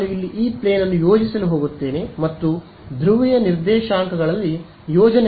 ನಾನು ಇಲ್ಲಿ ಇ ಪ್ಲೇನ್ ಅನ್ನು ಯೋಜಿಸಲು ಹೋಗುತ್ತೇನೆ ಮತ್ತು ಧ್ರುವೀಯ ನಿರ್ದೇಶಾಂಕಗಳಲ್ಲಿ ಯೋಜನೆ ಮಾಡಲು ನಾನು ಬಯಸುತ್ತೇನೆ